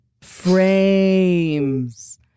frames